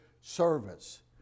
service